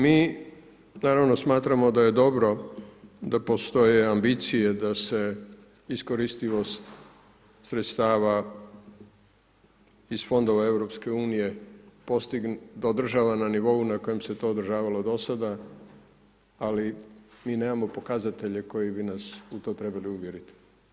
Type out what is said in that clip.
Mi naravno, smatramo da je dobro da postoje ambicije, da se iskoristivost sredstava iz fondova EU održava na nivou na kojem se to održavalo do sada, ali mi nemamo pokazatelje koji bi nas u to trebalo uvjeriti.